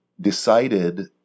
decided